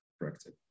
corrected